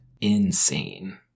insane